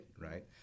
right